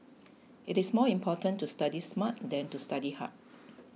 it is more important to study smart than to study hard